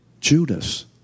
Judas